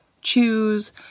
choose